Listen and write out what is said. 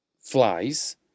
flies